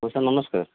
ହଁ ସାର୍ ନମସ୍କାର